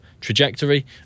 trajectory